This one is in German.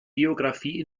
geographie